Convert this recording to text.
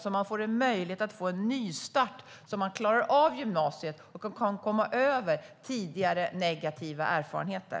Det handlar om att få en möjlighet till en nystart så att man klarar av gymnasiet och kan komma över tidigare negativa erfarenheter.